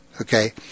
okay